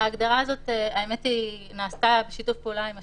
ההגדרה הזאת נעשתה בשיתוף פעולה עם השוק,